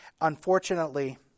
unfortunately